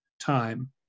time